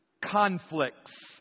conflicts